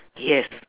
yes